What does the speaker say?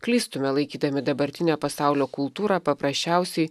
klystume laikydami dabartinę pasaulio kultūrą paprasčiausiai